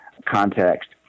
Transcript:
context